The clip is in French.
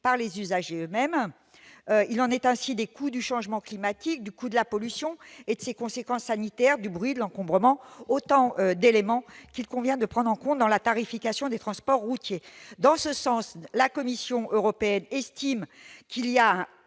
par les usagers eux-mêmes. Il en est ainsi des coûts du changement climatique, du coût de la pollution et de ses conséquences sanitaires, du bruit, de l'encombrement, autant d'éléments qu'il convient de prendre en compte dans la tarification des transports routiers. Dans le même sens, la Commission européenne estime qu'un